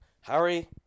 Harry